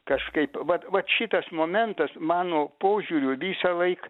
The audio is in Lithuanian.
kažkaip vat vat šitas momentas mano požiūriu visąlaik